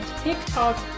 TikTok